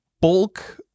bulk